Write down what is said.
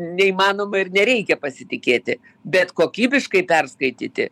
neįmanoma ir nereikia pasitikėti bet kokybiškai perskaityti